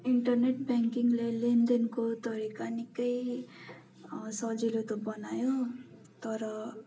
internet ब्याङ्किकले लेनदेनको तरिका निकै सजिलो त बनायो तर